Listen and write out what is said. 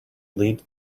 leads